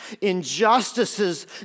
injustices